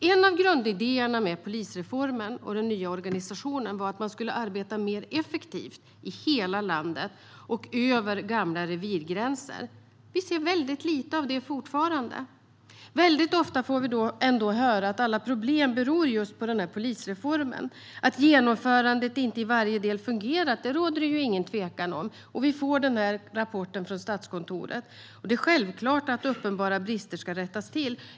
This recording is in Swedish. En av grundidéerna med polisreformen och den nya organisationen var att man skulle arbeta mer effektivt över hela landet och över gamla revirgränser. Vi ser fortfarande väldigt lite av det. Ofta får vi ändå höra att alla problem beror just på den här polisreformen. Att genomförandet inte i varje del fungerat råder det ingen tvekan om, och vi får den här rapporten från Statskontoret. Det är självklart att uppenbara brister ska rättas till.